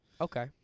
Okay